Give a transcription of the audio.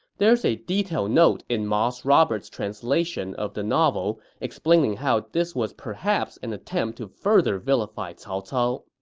there's a detailed note in moss roberts' translation of the novel explaining how this was perhaps an attempt to further vilify cao cao.